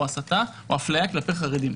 הסתה או הפליה כלפי חרדים.